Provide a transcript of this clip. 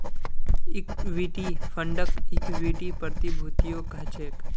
equity फंडक equity प्रतिभूतियो कह छेक